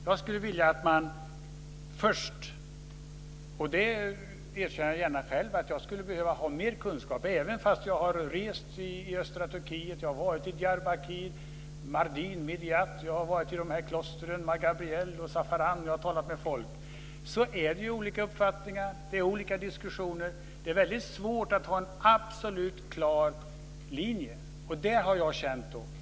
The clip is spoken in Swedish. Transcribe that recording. Jag erkänner gärna att jag själv skulle behöva ha mer kunskap i fråga om detta även om jag har rest i östra Turkiet och varit i Diyarbakir, Mardin och Midiat och i klostren Ma Gabriel och Safaran, och jag har talat med folk. Det är olika uppfattningar och olika diskussioner. Det är väldigt svårt att ha en absolut klar linje. Det har jag känt.